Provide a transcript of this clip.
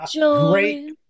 Great